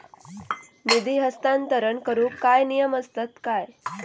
निधी हस्तांतरण करूक काय नियम असतत काय?